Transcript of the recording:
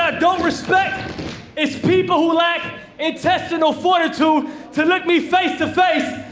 ah don't respect is people who lack intestinal fortitude to look me face to face,